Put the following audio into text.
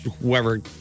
whoever